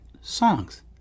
songs